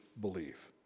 believe